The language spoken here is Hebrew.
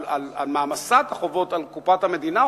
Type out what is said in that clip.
על מעמסת החובות על קופת המדינה,